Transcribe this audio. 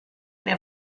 der